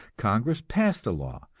congress passed a law,